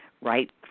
right